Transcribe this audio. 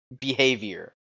behavior